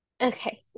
Okay